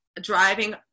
Driving